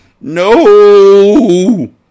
No